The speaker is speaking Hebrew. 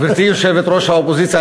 גברתי יושבת-ראש האופוזיציה,